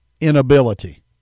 inability